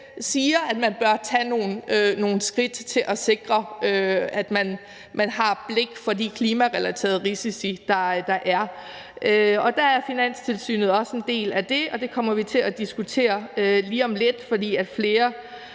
siger, at man bør tage nogle skridt for at sikre, at man har blik for de klimarelaterede risici, der er. Finanstilsynet er også en del af det, og det kommer vi til at diskutere lige om lidt, for flere